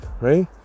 right